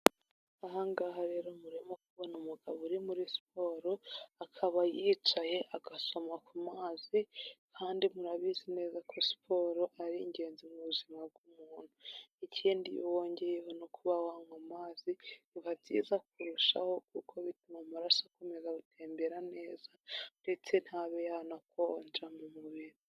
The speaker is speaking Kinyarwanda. Aha ngaha rero murimo kubona umugabo uri muri siporo, akaba yicaye agasoma ku mazi kandi murabizi neza ko siporo ari ingenzi mu buzima bw'umuntu, ikindi iyo wongeyeho no kuba wanywa amazi biba byiza kurushaho kuko bituma amaraso akomeza gutembera neza ndetse ntabe yanakonja mu mubiri.